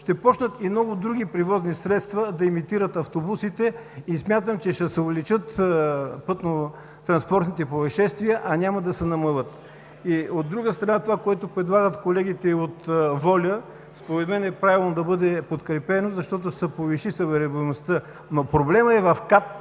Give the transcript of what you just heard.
ще почнат и много други превозни средства да имитират автобусите и смятам, че ще се увеличат пътно-транспортните произшествия, а няма да се намалят. От друга страна, това, което предлагат колегите от „Воля“, според мен е правилно да бъде подкрепено, защото ще се повиши събираемостта. Проблемът е в КАТ,